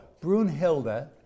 Brunhilde